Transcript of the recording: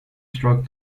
struck